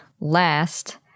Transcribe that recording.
last